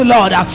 Lord